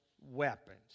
weapons